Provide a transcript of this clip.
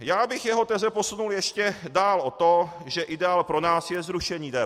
Já bych jeho teze posunul ještě dál od toho, že ideál pro nás je zrušení DPH.